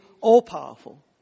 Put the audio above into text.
all-powerful